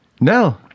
No